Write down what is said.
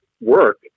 work